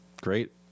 Great